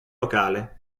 locale